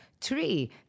three